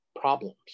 problems